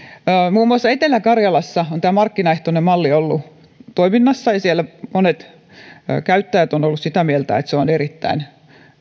muun muassa etelä karjalassa tämä markkinaehtoinen malli on ollut toiminnassa ja siellä monet käyttäjät ovat olleet sitä mieltä että se on erittäin